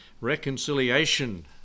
Reconciliation